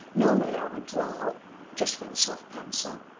normally i would draw just with a soft pencil.